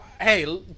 Hey